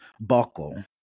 buckle